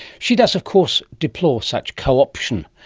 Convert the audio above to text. she does, of course, deplore such co-option,